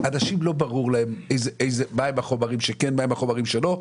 לאנשים לא ברור מה החומרים שכן ומה החומרים שלא,